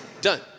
Done